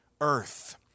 earth